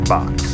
Box